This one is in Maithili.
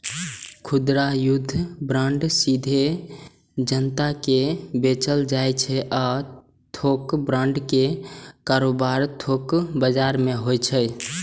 खुदरा युद्ध बांड सीधे जनता कें बेचल जाइ छै आ थोक बांड के कारोबार थोक बाजार मे होइ छै